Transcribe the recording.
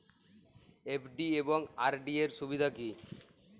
FD এবং RD এর সুবিধা কী?